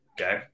Okay